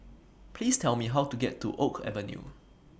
Please Tell Me How to get to Oak Avenue